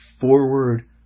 forward